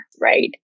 right